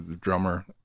drummer